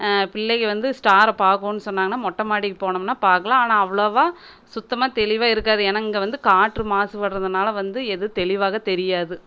பிள்ளைக்கள் வந்து ஸ்டாரை பார்க்குணும் சொன்னாங்கன்னால் மொட்டை மாடிக்கு போனம்னால் பார்க்கலாம் ஆனால் அவ்வளோவா சுத்தமாக தெளிவாக இருக்காது ஏன்னால் அங்கே வந்து காற்று மாசுப்படுறதுனால வந்து எதுவும் தெளிவாக தெரியாது